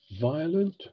violent